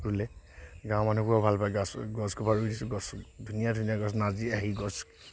ৰুলে গাঁৱৰ মানুহবোৰো ভাল পায় গছ গছ ৰুই আছো গছ ধুনীয়া ধুনীয়া গছ নাৰ্জী আহি গছ